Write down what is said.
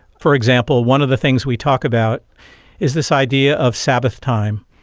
for example, one of the things we talk about is this idea of sabbath time,